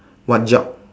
what job